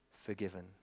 Forgiven